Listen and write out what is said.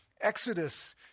Exodus